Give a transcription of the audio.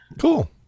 cool